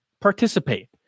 Participate